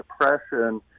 Depression